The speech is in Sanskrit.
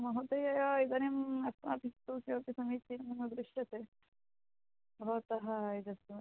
महोदय इदानीम् अस्माभिस्तु समीचीनं न दृश्यते भवतः यदस्ति